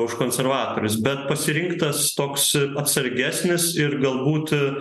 už konservatorius bet pasirinktas toks atsargesnis ir galbūt